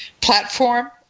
platform